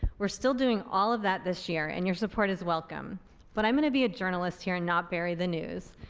we're still doing all of that this year and your support is welcome but i'm gonna be a journalist here and not bury the news.